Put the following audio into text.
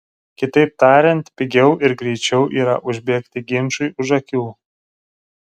kitaip tariant pigiau ir greičiau yra užbėgti ginčui už akių